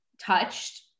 touched